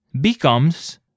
becomes